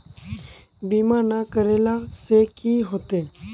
बीमा ना करेला से की होते?